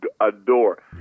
adore